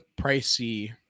pricey